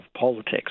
politics